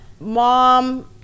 Mom